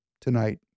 tonight